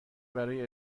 برای